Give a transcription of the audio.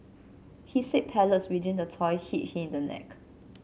he said pellets within the toy hit him in the neck